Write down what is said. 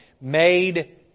made